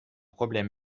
problème